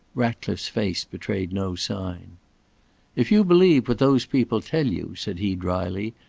ratcliffe's face betrayed no sign if you believe what those people tell you, said he drily,